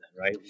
right